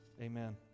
Amen